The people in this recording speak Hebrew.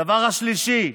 הדבר השלישי,